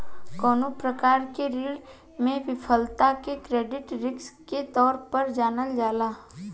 कवनो प्रकार के ऋण में विफलता के क्रेडिट रिस्क के तौर पर जानल जाला